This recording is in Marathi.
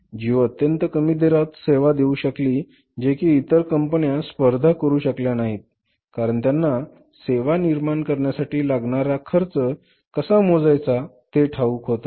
जिओ अत्यंत कमी दरात सेवा देऊ शकली जे की इतर कंपन्या स्पर्धा करू शकल्या नाहीत कारण त्यांना सेवा निर्माण करण्यासाठी लागणारा खर्च कसा मोजायचा ते ठाऊक होतं